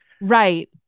right